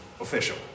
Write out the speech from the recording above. official